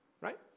right